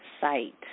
site